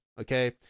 Okay